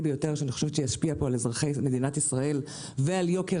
ביותר שאני חושבת שישפיע כאן על אזרחי מדינת ישראל ועל יוקר